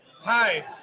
hi